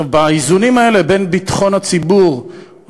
באיזונים האלה בין ביטחון הציבור,